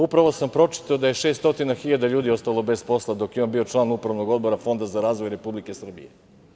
Upravo sam pročitao da je 600.000 ljudi ostalo bez posla dok je on bio član Upravnog odbora Fonda za razvoj Republike Srbije.